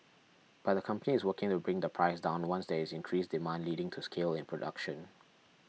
but the company is working to bring the price down once there is increased demand leading to scale in production